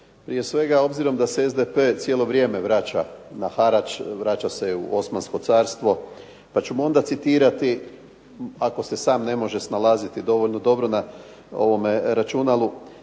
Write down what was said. Prije svega, obzirom da se SDP cijelo vrijeme vraća na harač, vraća se u Osmansko carstvo pa ćemo onda citirati ako se sam ne može snalaziti dovoljno dobro na računalu:"Harač